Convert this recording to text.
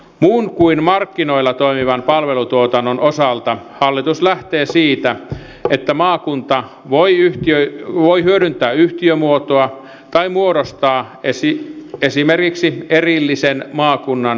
muun kuin markkinoilla toimivan palvelutuotannon osalta hallitus lähtee siitä että maakunta voi hyödyntää yhtiömuotoa tai muodostaa esimerkiksi erillisen maakunnan julkisoikeudellisen laitoksen